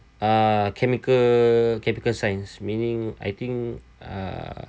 uh chemical chemical science meaning I think err